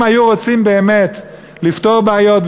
אם היו רוצים באמת לפתור בעיות,